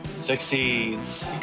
Succeeds